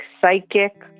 psychic